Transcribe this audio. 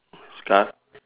scarf